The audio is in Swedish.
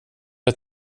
att